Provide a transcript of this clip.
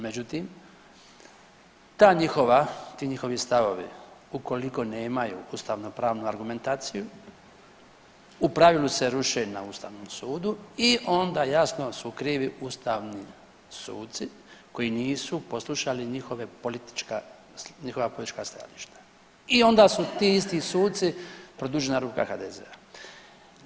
Međutim, ti njihovi stavovi ukoliko nemaju ustavno-pravnu argumentaciju u pravilu se ruše na Ustavnom sudu i onda jasno su krivi ustavni suci koji nisu poslušali njihova politička stajališta i onda su ti isti suci produžena ruka HDZ-a.